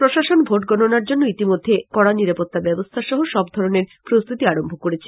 প্রশাসন ভোট গণনার জন্য ইতিমধ্যে কড়া নিরাপত্তা ব্যবস্থা সহ সবধরণের প্রস্তুতি আরম্ভ করেছে